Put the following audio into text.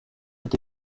ati